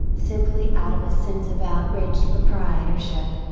simply out of a sense of outraged proprietorship.